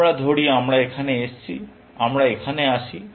আমরা ধরি আমরা এখানে এসেছি আমরা এখানে আসি